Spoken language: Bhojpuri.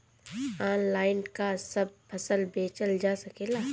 आनलाइन का सब फसल बेचल जा सकेला?